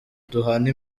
duhana